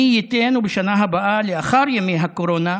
מי ייתן ובשנה הבאה, לאחר ימי הקורונה,